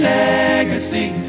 legacy